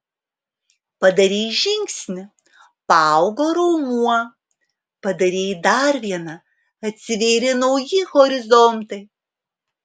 padarei žingsnį paaugo raumuo padarei dar vieną atsivėrė nauji horizontai